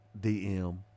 DM